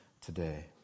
today